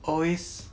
always